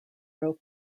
row